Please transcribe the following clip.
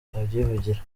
abyivugira